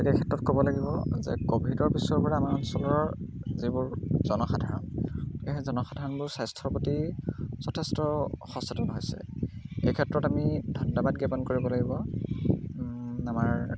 এই ক্ষেত্ৰত ক'ব লাগিব যে ক'ভিডৰ পিছৰ পৰা আমাৰ অঞ্চলৰ যিবোৰ জনসাধাৰণ সেই জনসাধাৰণবোৰ স্বাস্থ্যৰ প্ৰতি যথেষ্ট সচেতন হৈছে এই ক্ষেত্ৰত আমি ধন্যবাদ জ্ঞাপন কৰিব লাগিব আমাৰ